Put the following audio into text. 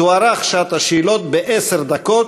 תוארך שעת השאלות בעשר דקות,